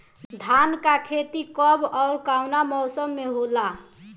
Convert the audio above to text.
धान क खेती कब ओर कवना मौसम में होला?